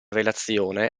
relazione